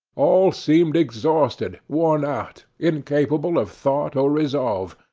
all seemed exhausted, worn out, incapable of thought or resolve,